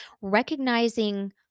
recognizing